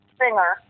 singer